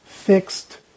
fixed